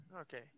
Okay